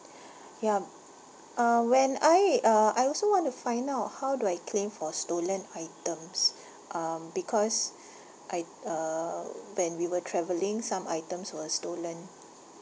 yup uh when I uh I also want to find out how do I claim for stolen items um because I err when we were traveling some items were stolen